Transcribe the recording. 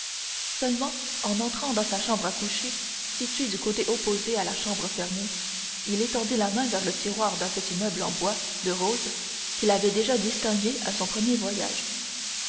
seulement en entrant dans sa chambre à coucher située du côté opposé à la chambre fermée il étendit la main vers le tiroir d'un petit meuble en bois de rose qu'il avait déjà distingué à son premier voyage